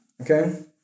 Okay